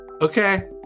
okay